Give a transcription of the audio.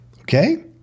okay